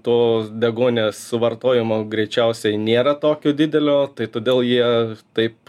to deguonies suvartojimo greičiausiai nėra tokio didelio tai todėl jie taip